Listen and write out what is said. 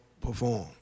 perform